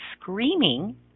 screaming